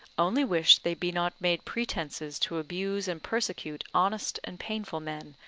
only wish they be not made pretences to abuse and persecute honest and painful men,